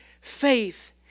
faith